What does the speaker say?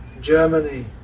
Germany